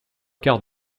quarts